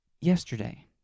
yesterday